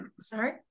Sorry